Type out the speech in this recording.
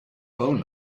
phone